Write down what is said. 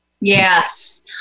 Yes